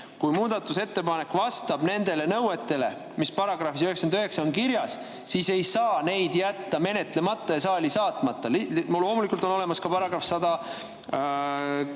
Kui muudatusettepanek vastab nendele nõuetele, mis §‑s 99 on kirjas, siis ei saa seda jätta menetlemata ja saali saatmata. Loomulikult on olemas ka § 106